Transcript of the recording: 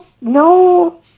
no